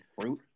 fruit